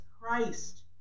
Christ